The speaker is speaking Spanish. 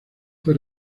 fue